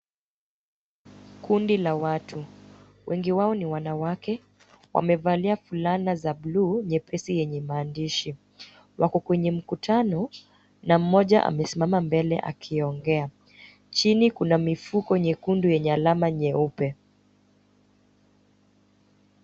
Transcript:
Kundi la watu wengi wao ni wanawake wamevalia fulana za buluu nyepesi yenye maandishi. Wako kwenye mkutano na mmoja amesimama mbele akiongea. Chini kuna mifuko nyekundu yenye alama nyeupe.